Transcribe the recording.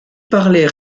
parlaient